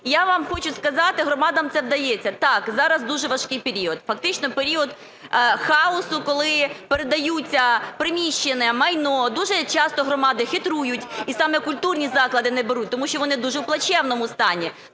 я вам хочу сказати, громадам це вдається. Так, зараз дуже важкий період, фактично період хаосу. Коли передаються приміщення, майно. Дуже часто громади хитрують і саме культурні заклади не беруть, тому що вони в дуже плачевному стані.